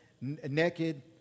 naked